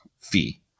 fee